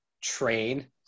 train